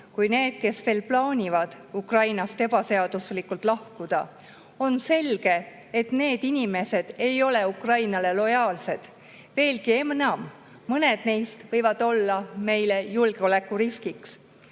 ka need, kes plaanivad Ukrainast ebaseaduslikult lahkuda. On selge, et need inimesed ei ole Ukrainale lojaalsed. Veelgi enam, mõned neist võivad olla meile julgeolekuriskiks. Ukraina